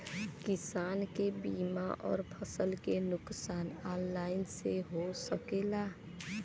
किसान के बीमा अउर फसल के नुकसान ऑनलाइन से हो सकेला?